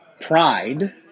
pride